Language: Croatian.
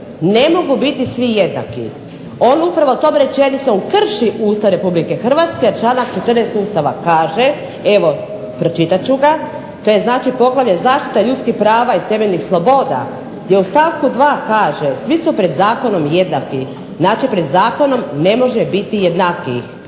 ne mogu biti svi jednaki. On upravo tom rečenicom krši Ustav Republike Hrvatske jer članak 14. Ustava kaže, evo pročitat ću ga. To je znači poglavlje – Zaštita ljudskih prava i temeljnih sloboda, gdje u stavku 2. kaže: "Svi su pred zakonom jednaki." Znači, pred zakonom ne može biti jednakijih.